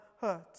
hurt